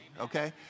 Okay